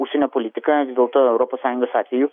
užsienio politika vis dėlto europos sąjungos atveju